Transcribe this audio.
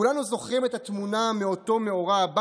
כולנו זוכרים את התמונה מאותו מאורע שבה